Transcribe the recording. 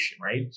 right